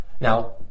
now